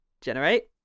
Generate